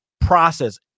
process